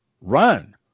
Run